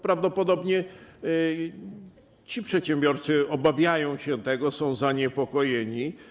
Prawdopodobnie ci przedsiębiorcy obawiają się tego, są zaniepokojeni.